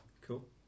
cool